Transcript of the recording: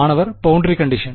மாணவர் boundary condition